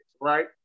right